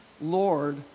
Lord